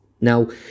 Now